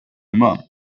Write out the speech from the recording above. mum